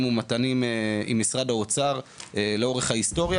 ומתנים עם משרד האוצר לאורך ההיסטוריה,